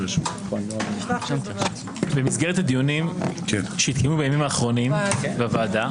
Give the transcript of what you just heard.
במסגרת הדיונים שהתקיימו בימים האחרונים בוועדה,